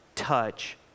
touch